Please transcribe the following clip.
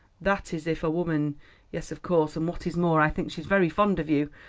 that is, if a woman yes, of course and what is more, i think she's very fond of you.